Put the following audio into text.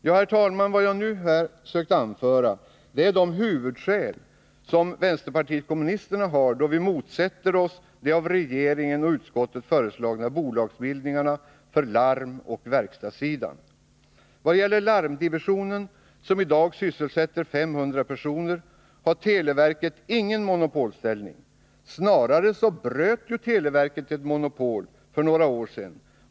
Herr talman! Vad jag nu försökt anföra är de huvudskäl som vi i vänsterpartiet kommunisterna har då vi motsätter oss de av regeringen och utskottet föreslagna bolagsbildningarna för larmoch verkstadssidan. När det gäller larmdivisionen — som i dag sysselsätter 500 personer — har televerket ingen monopolställning. Snarare bröt televerket ett monopol för några år sedan.